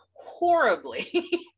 horribly